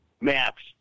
maps